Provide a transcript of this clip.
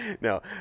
No